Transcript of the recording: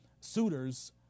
suitors